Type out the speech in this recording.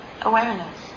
Awareness